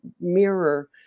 mirror